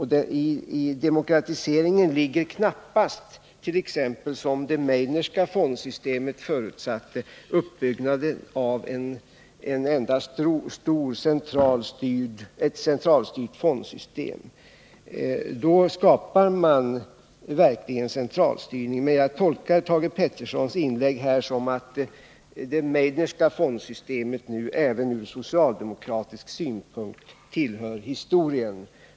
I demokratiseringen ligger knappast, som t.ex. det Meidnerska fondsystemet förutsatte, uppbyggnaden av ett enda stort centralstyrt fondsystem. Då skapar man verkligen centralstyrning. Jag tolkar emellertid Thage Petersons inlägg som att det Meidnerska fondsystemet även för socialdemokraterna tillhör historien.